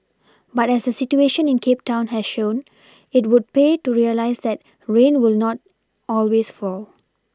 but as the situation in Cape town has shown it would pay to realise that rain will not always fall